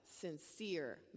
sincere